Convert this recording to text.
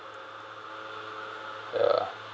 ya